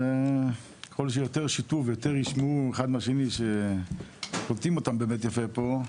אבל ככל שיותר ישמעו מאחד מהשני שקולטים אותם באמת יפה פה,